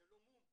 זה לא מום.